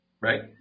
right